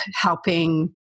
helping